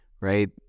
right